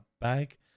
bag